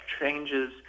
changes